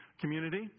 community